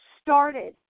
started